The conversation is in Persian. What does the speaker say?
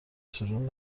سورون